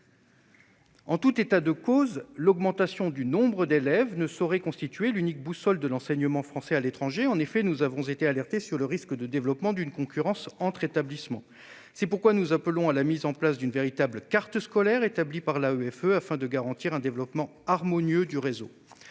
En tout état de cause, l'augmentation du nombre d'élèves ne saurait constituer l'unique boussole de l'enseignement français à l'étranger. En effet, nous avons été alertés sur le risque de développement d'une concurrence entre établissements. C'est pourquoi nous appelons à la mise en place d'une véritable « carte scolaire » établie par l'AEFE, afin de garantir un développement harmonieux du réseau.